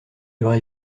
aurait